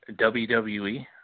WWE